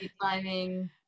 climbing